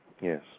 Yes